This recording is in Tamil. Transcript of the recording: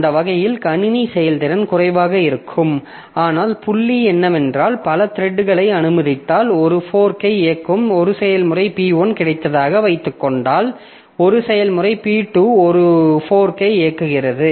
அந்த வகையில் கணினி செயல்திறன் குறைவாக இருக்கும் ஆனால் புள்ளி என்னவென்றால் பல த்ரெட்களை அனுமதித்தால் ஒரு ஃபோர்க்கை இயக்கும் ஒரு செயல்முறை P1 கிடைத்ததாக வைத்துக்கொண்டால் ஒரு செயல்முறை P2 இது ஒரு ஃபோர்க்கை இயக்குகிறது